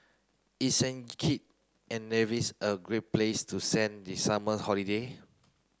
is Saint Kitts and Nevis a great place to send the summer holiday